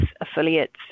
affiliates